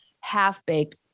half-baked